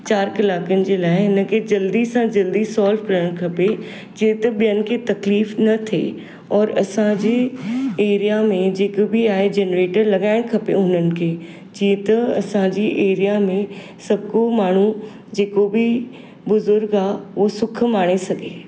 चारि कलाकनि जे लाइ हिनके जल्दी सां जल्दी सॉल्व करणु खपे जीअं त ॿियनि खे तकलीफ़ न थे और असांजी एरिया में जेको बि आहे जनरेटर लॻाइण खपे हुननि खे जीअं त असांजी एरिया में सभु को माण्हू जेको बि बुज़ुर्ग आहे ओ सुखु माणे सघे